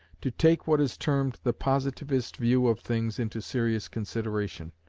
to take what is termed the positivist view of things into serious consideration,